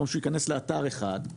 במקום שהוא יכנס לאתר אחד,